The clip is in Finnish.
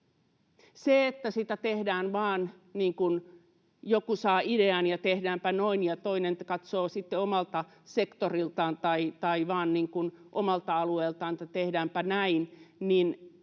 niin, että joku saa idean ja tehdäänpä noin ja toinen katsoo sitten omalta sektoriltaan tai vain omalta alueeltaan, että tehdäänpä näin,